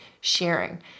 sharing